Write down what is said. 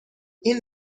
این